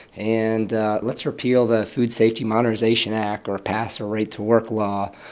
and let's repeal the food safety modernization act or pass a right-to-work law.